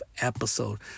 episode